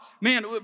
man